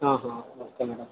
ఆహా okay madam